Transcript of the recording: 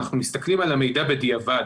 אנחנו מסתכלים על המידע בדיעבד